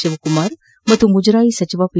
ಶಿವಕುಮಾರ್ ಮತ್ತು ಮುಜರಾಯಿ ಸಚಿವ ಪಿ